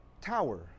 tower